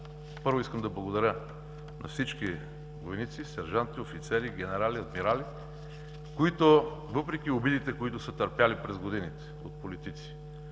Накрая искам да благодаря на всички войници, сержанти, офицери, генерали, адмирали, които въпреки обидите, които са търпели през годините от политици,